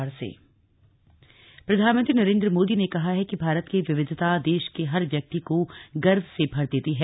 मन की बात प्रधानमंत्री नरेन्द्र मोदी ने कहा है कि भारत की विविधता देश के हर व्यक्ति को गर्व से भर देती है